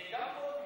אני גם פה וגם,